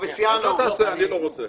אתה רוצה, אני לא רוצה.